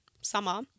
summer